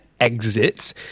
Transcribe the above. exits